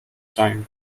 time